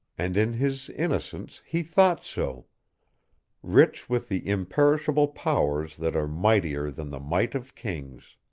and in his innocence he thought so rich with the imperishable powers that are mightier than the might of kings.